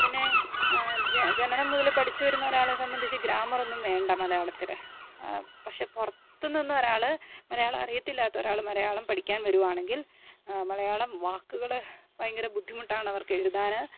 പിന്നെ ജനനം മുതൽ പഠിച്ചു വരുന്ന ഒരാളെ സംബന്ധിച്ചു ഗ്രാമറൊന്നും വേണ്ട മലയാളത്തിൽ പക്ഷെ പുറത്തു നിന്ന് ഒരാൾ മലയാളം അറിയത്തില്ലാത്ത ഒരാൾ മലയാളം പഠിക്കാൻ വരികയാണെങ്കിൽ മലയാളം വാക്കുകൾ ഭയങ്കര ബുദ്ധിമുട്ടാണ് അവർക്ക് എഴുതാൻ